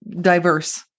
diverse